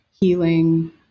healing